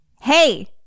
hey